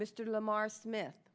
mr lamar smith